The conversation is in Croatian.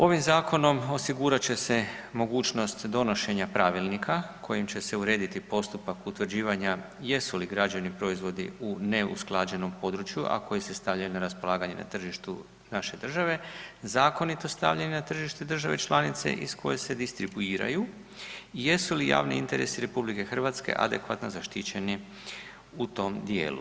Ovim Zakonom osigurat će se mogućnost donošenja Pravilnika kojim će se urediti postupak utvrđivanja jesu li građevni proizvodi u neusklađenom području a koji se stavljaju na raspolaganje na tržištu naše države, zakonito stavljeni na tržište države članice iz koje se distribuiraju i jesu li javni interesi Republike Hrvatske adekvatno zaštićeni u tom dijelu.